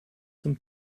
zum